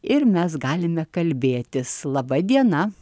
ir mes galime kalbėtis laba diena